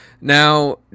Now